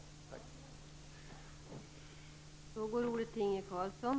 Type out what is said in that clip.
Tack!